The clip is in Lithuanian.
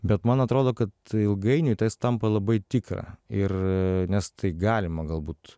bet man atrodo kad ilgainiui tai jis tampa labai tikra ir nes tai galima galbūt